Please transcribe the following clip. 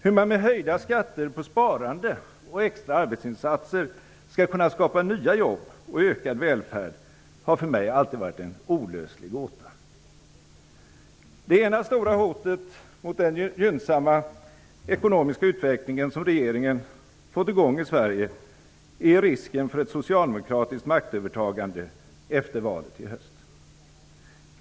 Hur man med höjda skatter på sparande och extra arbetsinsatser skall kunna skapa nya jobb och ökad välfärd har för mig alltid varit en olöslig gåta. Det ena stora hotet mot den gynnsamma ekonomiska utvecklingen som regeringen fått i gång i Sverige är risken för ett socialdemokratiskt maktövertagande efter valet i höst.